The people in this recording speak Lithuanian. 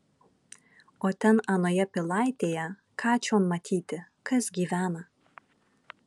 o ten anoje pilaitėje ką čion matyti kas gyvena